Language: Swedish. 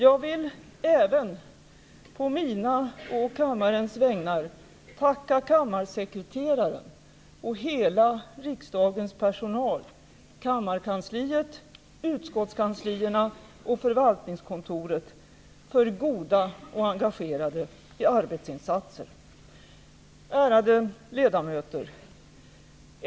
Jag vill även på mina och kammarens vägnar tacka kammarsekreteraren och hela riksdagens personal - kammarkansliet, utskottskanslierna och förvaltningskontoret - för goda och engagerade arbetsinsatser. Ärade ledamöter!